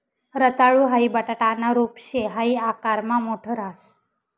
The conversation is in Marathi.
रताळू हाई बटाटाना रूप शे हाई आकारमा मोठ राहस